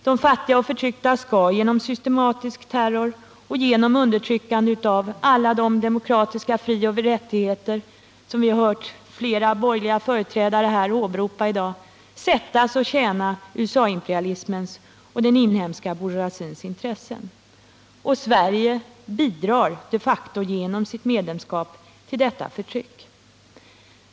De fattiga och förtryckta skall genom systematisk terror och genom undertryckande av alla de demokratiska frioch rättigheter som vi hört flera borgerliga företrädare åberopa här i dag sättas att tjäna USA-imperialismens och den inhemska bourgeoisiens intressen. Och Sverige bidrar de facto genom sitt medlemskap till detta förtryck.